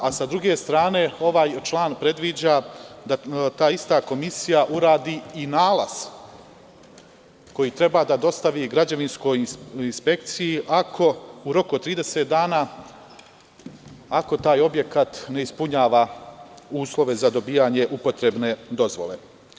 Sa druge strane, ovaj član predviđa da ta ista komisija uradi i nalaz koji treba da dostavi građevinskoj inspekciji u roku od 30 dana, ako taj objekat ne ispunjava uslove za dobijanje upotrebne dozvole.